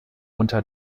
unter